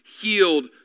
healed